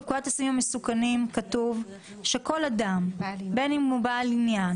בפקודת הסמים המסוכנים כתוב שכל אדם בין אם הוא בעל עניין,